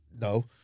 No